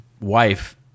wife